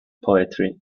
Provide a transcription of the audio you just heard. poetry